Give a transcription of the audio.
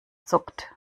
zuckt